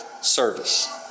service